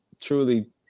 truly